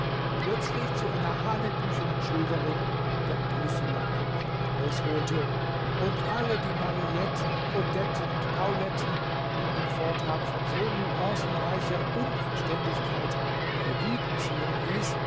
plötzlich zu einer hanebüchenen schilderung der brüsseler kokotten ausholte und alle die marietten odetten und pauletten in einem vortrag von so nuancenreicher unanständigkeit revue passieren ließ